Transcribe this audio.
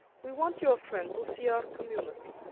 we want your friend to see our community,